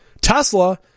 Tesla